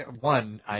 one